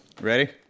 Ready